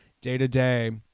day-to-day